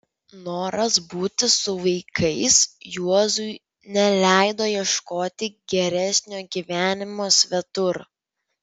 noras būti su vaikais juozui neleido ieškoti geresnio gyvenimo svetur